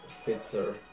Spitzer